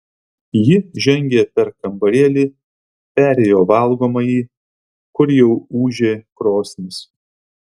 ji žengė per kambarėlį perėjo valgomąjį kur jau ūžė krosnis